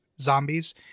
zombies